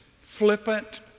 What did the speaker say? flippant